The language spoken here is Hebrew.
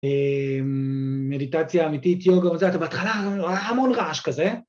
מדיטציה אמיתית, יוגה וזה, אתה בהתחלה רואה המון רעש כזה.